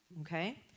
okay